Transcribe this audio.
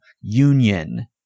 union